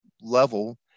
level